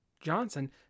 Johnson